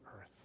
earth